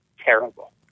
terrible